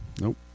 Nope